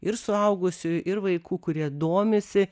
ir suaugusiųjų ir vaikų kurie domisi